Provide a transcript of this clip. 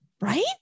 right